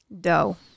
dough